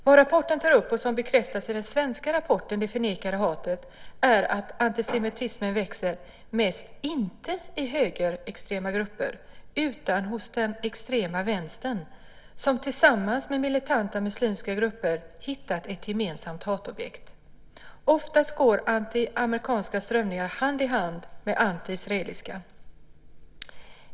Vad rapporten tar upp och som bekräftas i den svenska rapporten Det förnekade hatet är att antisemitismen växer mest inte i högerextrema grupper utan hos den extrema vänstern, som tillsammans med militanta muslimska grupper hittat ett gemensamt hatobjekt. Oftast går antiamerikanska strömningar hand i hand med antiisraeliska.